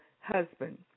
husband